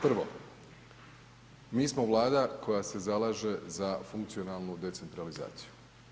Prvo, mi smo vlada koja se zalaže za funkcionalnu decentralizaciju.